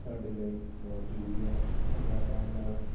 ਸਾਡੇ ਲਈ ਬਹੁਤ ਜ਼ਰੂਰੀ ਹੈ ਭੰਗੜਾ ਪਾਉਣ ਨਾਲ